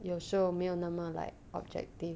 有时候没有那么 like objective